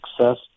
success